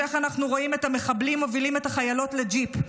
בהמשך אנחנו רואים את המחבלים מובילים את החיילות לג'יפ.